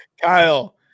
Kyle